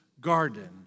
garden